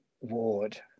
Ward